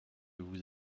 vous